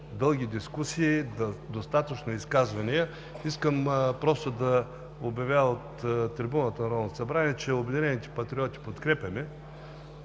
дълги дискусии, достатъчно изказвания. Искам просто да обявя от трибуната на Народното събрание, че „Обединените патриоти“ подкрепяме